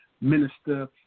minister